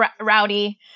rowdy